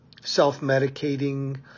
self-medicating